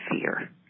fear